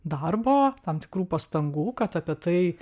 darbo tam tikrų pastangų kad apie tai